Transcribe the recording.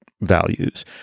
values